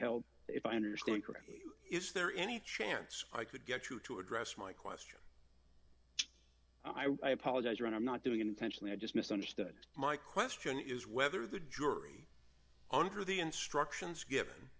held if i understand correctly is there any chance i could get you to address my question i apologize and i'm not doing it intentionally i just misunderstood my question is whether the jury under the instructions given